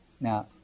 Now